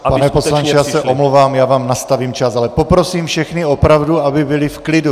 Pane poslanče, já se omlouvám, já vám nastavím čas, ale poprosím všechny opravdu, aby byli v klidu.